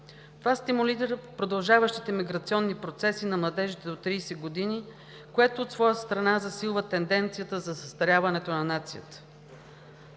Това стимулира продължаващите миграционни процеси на младежите до 30 години, което от своя страна засилва тенденцията за състаряването на нацията.